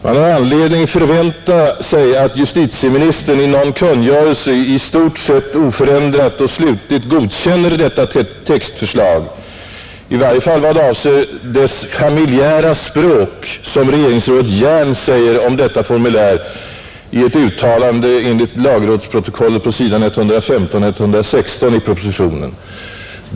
Man har anledning förvänta sig att justitieministern i någon kungörelse i stort sett oförändrat och slutligt godkänner detta textförslag, i varje fall i vad avser dess ”familjära språk”, som regeringsrådet Hjern säger om detta formulär i ett uttalande enligt lagrådsprotokollet på s. 115 och 116 i propositionen.